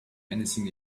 anything